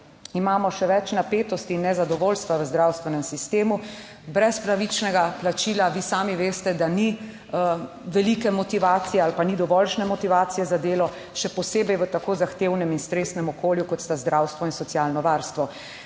imamo še več napetosti in nezadovoljstva v zdravstvenem sistemu brez pravičnega plačila. Vi sami veste, da ni velike motivacije ali pa ni dovoljšnje motivacije za delo, še posebej v tako zahtevnem in stresnem okolju, kot sta zdravstvo in socialno varstvo.